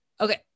Okay